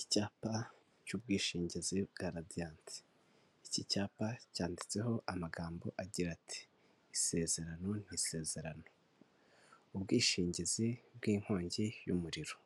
Icyapa cy'ubwishingizi bwa Radiyanti, iki cyapa cyanditseho amagambo agira ati isezerano ni isezerano. Ubwishingizi bw'inkongi y'umuriro,